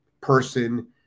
person